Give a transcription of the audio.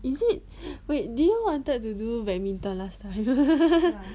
is it wait did you wanted to do badminton last time